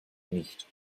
nicht